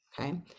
okay